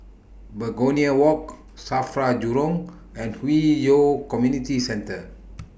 Begonia Walk SAFRA Jurong and Hwi Yoh Community Centre